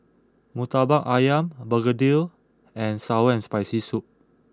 Murtabak Ayam Begedil and Sour and Spicy Soup